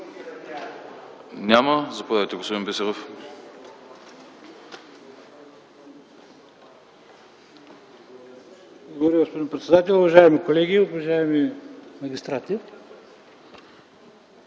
Няма. Заповядайте, господин Бисеров.